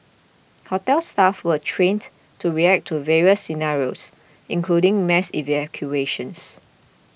hotel staff were trained to react to various scenarios including mass evacuations